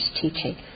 teaching